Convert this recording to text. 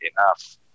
enough